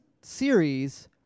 series